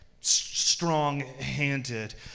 strong-handed